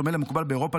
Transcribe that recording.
ובדומה למקובל באירופה,